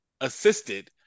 assisted